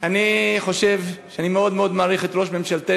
אני חושב, אני מאוד מאוד מעריך את ראש ממשלתנו.